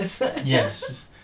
Yes